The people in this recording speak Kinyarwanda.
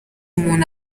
umuntu